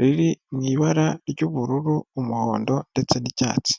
riri mu ibara ry'ubururu, umuhondo ndetse n'icyatsi.